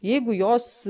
jeigu jos